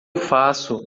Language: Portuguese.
faço